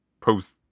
post